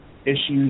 Issues